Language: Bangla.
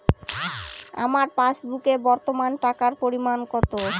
আমার পাসবুকে বর্তমান টাকার পরিমাণ কত?